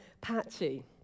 patchy